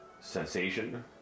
sensation